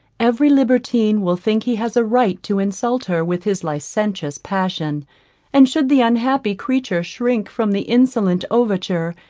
every libertine will think he has a right to insult her with his licentious passion and should the unhappy creature shrink from the insolent overture,